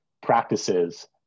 practices